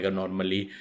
normally